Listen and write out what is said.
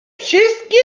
wszystkie